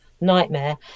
nightmare